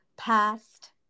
past